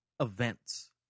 events